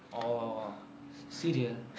oh syria